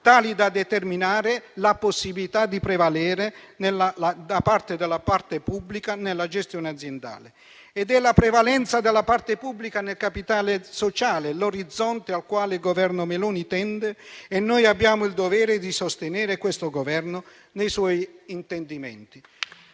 tali da determinare la possibilità di prevalere da parte della parte pubblica nella gestione aziendale. È proprio la prevalenza della parte pubblica nel capitale sociale l'orizzonte al quale il Governo Meloni tende e noi abbiamo il dovere di sostenere questo Governo nei suoi intendimenti.